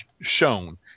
shown